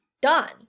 done